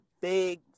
big